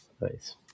Nice